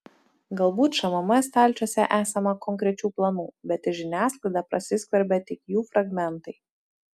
galbūt šmm stalčiuose esama konkrečių planų bet į žiniasklaidą prasiskverbia tik jų fragmentai